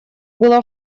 было